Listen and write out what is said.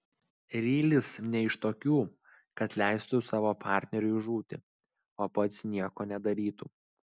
rylis ne iš tokių kad leistų savo partneriui žūti o pats nieko nedarytų